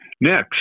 Next